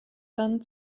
dann